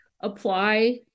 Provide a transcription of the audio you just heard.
apply